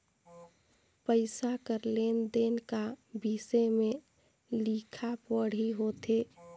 पइसा कर लेन देन का बिसे में लिखा पढ़ी होथे